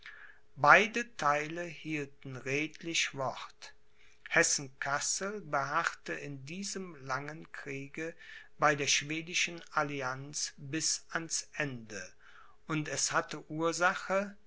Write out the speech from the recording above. beide theile hielten redlich wort hessenkassel beharrte in diesem langen kriege bei der schwedischen allianz bis ans ende und es hatte ursache